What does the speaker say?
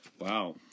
Wow